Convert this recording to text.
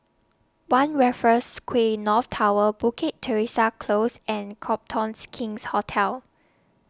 one Raffles Quay North Tower Bukit Teresa Close and Copthornes King's Hotel